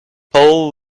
paul